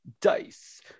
dice